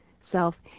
self